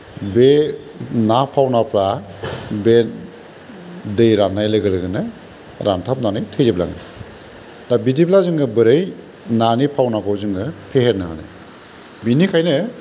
बे ना फावनाफोरा बे दै राननाय लोगो लोगोनो रान्थाबनानै थैजोबलाङो दा बिदिब्ला जोङो बोरै नानि फावनाखौ जोङो फेहेरनो हानो बिनिखायनो